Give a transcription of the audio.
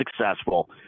successful